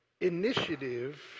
initiative